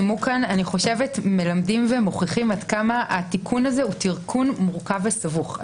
כאן מלמדים ומוכיחים עד כמה התיקון הזה הוא מורכב וסבוך.